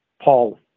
Paul